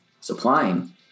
supplying